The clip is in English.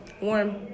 warm